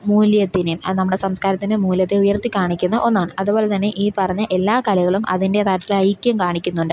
മൂല്യത്തിനേയും അത് നമ്മുടെ സംസ്കാരത്തിൻ്റെ മൂല്യത്തെ ഉയർത്തി കാണിക്കുന്ന ഒന്നാണ് അതുപോലെ തന്നെ ഈ പറഞ്ഞ എല്ലാ കലകളും അതിന്റേതായിട്ടുള്ള ഐക്യം കാണിക്കുന്നുണ്ട്